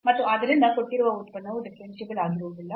ಮತ್ತು ಆದ್ದರಿಂದ ಕೊಟ್ಟಿರುವ ಉತ್ಪನ್ನವು ಡಿಫರೆನ್ಸಿಬಲ್ ಆಗಿರುವುದಿಲ್ಲ